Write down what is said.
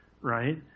right